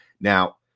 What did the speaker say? Now